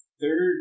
third